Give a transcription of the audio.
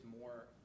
more